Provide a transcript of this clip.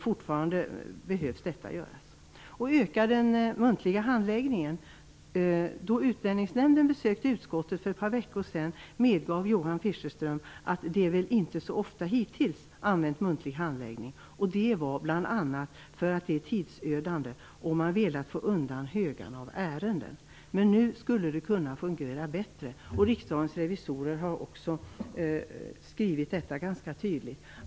Fortfarande behövs detta göras. Öka den muntliga handläggningen. Då Utlänningsnämnden besökte utskottet för ett par veckor sedan medgav Johan Fischerström att de inte så ofta hittills använt muntlig handläggning, och det var bl.a. för att det är tidsödande och för att man velat få undan högarna av ärenden. Men nu skulle det kunna fungera bättre. Riksdagens revisorer har också skrivit detta ganska tydligt.